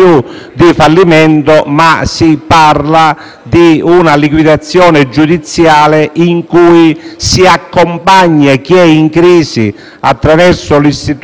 di una liquidazione giudiziale in cui si accompagna chi è in crisi, attraverso l'istituto dell'allerta,